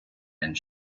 and